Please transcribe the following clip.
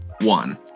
One